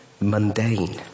mundane